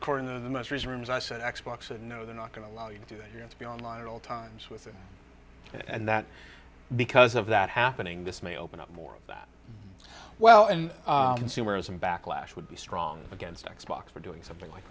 according to the most resumes i sent x box and no they're not going to allow you to do that you have to be online at all times with and that because of that happening this may open up more of that well and consumerism backlash would be strong against x box for doing something like